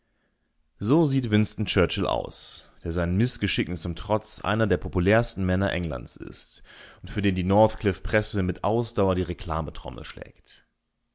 so sieht winston churchill aus der seinen mißgeschicken zum trotz einer der populärsten männer englands ist und für den die northcliffe-presse mit ausdauer die reklametrommel schlägt